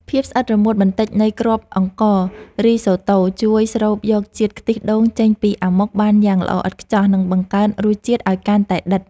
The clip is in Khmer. ភាពស្អិតរមួតបន្តិចនៃគ្រាប់អង្កររីសូតូជួយស្រូបយកជាតិខ្ទិះដូងចេញពីអាម៉ុកបានយ៉ាងល្អឥតខ្ចោះនិងបង្កើនរសជាតិឱ្យកាន់តែដិត។